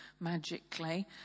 magically